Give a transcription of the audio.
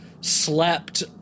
slept